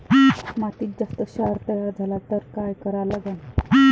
मातीत जास्त क्षार तयार झाला तर काय करा लागन?